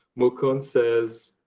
mukunth says